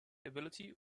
ability